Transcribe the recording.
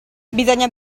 bisogna